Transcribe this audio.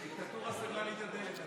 הדיקטטורה סגרה לי את הדלת.